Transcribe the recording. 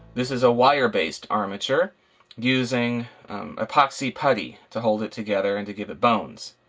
this is a wire based armature using epoxy putty to hold it together and to give it bones.